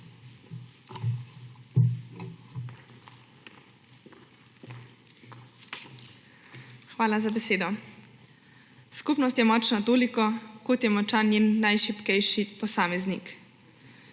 Hvala za besedo. Skupnost je močna toliko, kot je močan njen najšibkejši posameznik.